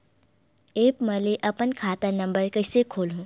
App म ले अपन खाता नम्बर कइसे खोलहु?